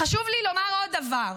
חשוב לי לומר עוד דבר.